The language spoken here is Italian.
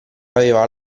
aveva